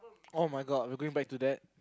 [oh]-my-god we're going back to that